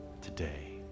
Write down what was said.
today